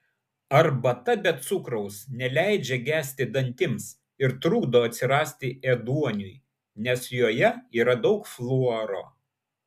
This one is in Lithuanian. arbata be cukraus neleidžia gesti dantims ir trukdo atsirasti ėduoniui nes joje yra daug fluoro